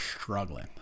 struggling